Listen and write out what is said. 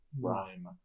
Rhyme